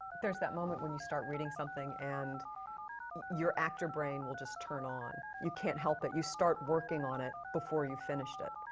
there's that moment when you start reading something and your actor brain will just turn on. you can't help it, you start working on it, before you've finished it.